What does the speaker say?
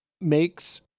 makes